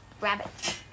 rabbit